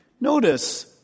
Notice